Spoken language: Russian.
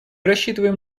рассчитываем